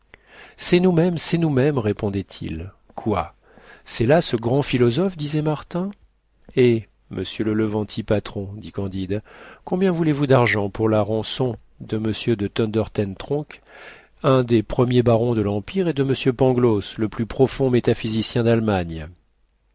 c'est nous-mêmes c'est nous-mêmes répondaient ils quoi c'est là ce grand philosophe disait martin eh monsieur le levanti patron dit candide combien voulez-vous d'argent pour la rançon de m de thunder ten tronckh un des premiers barons de l'empire et de m pangloss le plus profond métaphysicien d'allemagne